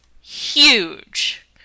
huge